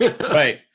Right